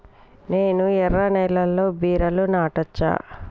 నేను ఎర్ర నేలలో బీరలు నాటచ్చా?